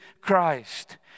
Christ